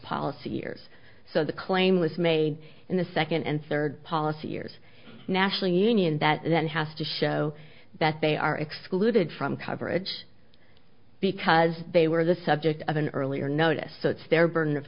policy years so the claim was made in the second and third policy years national union that then has to show that they are excluded from coverage because they were the subject of an earlier notice so it's their burden of